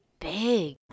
big